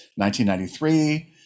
1993